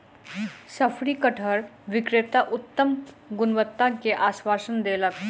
शफरी कटहर विक्रेता उत्तम गुणवत्ता के आश्वासन देलक